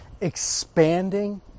expanding